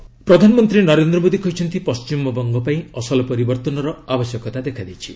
PM WB polls ପ୍ରଧାନମନ୍ତ୍ରୀ ନରେନ୍ଦ୍ର ମୋଦୀ କହିଛନ୍ତି ପଶ୍ଚିମବଙ୍ଗ ପାଇଁ ଅସଲ ପରିବର୍ତ୍ତନର ଆବଶ୍ୟକତା ଦେଖାଦେଇଛି